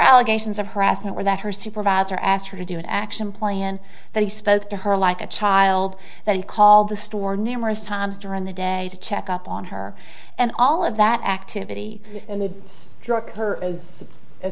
allegations of harassment were that her supervisor asked her to do an action plan that he spoke to her like a child then call the store numerous times during the day to check up on her and all of that activity in new york her